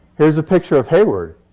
here's a picture of hayward.